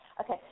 Okay